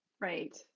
Right